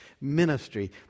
ministry